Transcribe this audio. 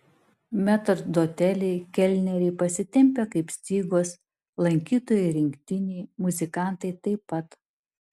metrdoteliai kelneriai pasitempę kaip stygos lankytojai rinktiniai muzikantai taip pat